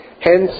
Hence